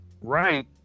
right